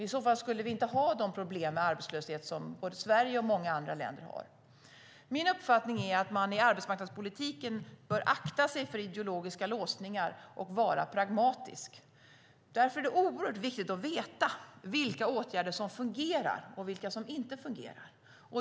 I så fall skulle vi inte ha de problem med arbetslöshet som Sverige och många andra länder har. Min uppfattning är att man bör akta sig för ideologiska låsningar i arbetsmarknadspolitiken och att man bör vara pragmatisk. Därför är det oerhört viktigt att veta vilka åtgärder som fungerar och vilka som inte gör det.